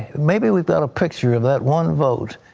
maybe we've got a picture of that one vote.